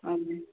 हजुर